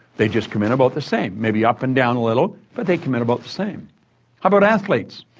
they just come in about the same maybe up and down a little, but they come in about the same. how about athletes?